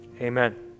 Amen